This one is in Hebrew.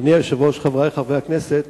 אדוני היושב-ראש, חברי חברי הכנסת,